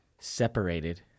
separated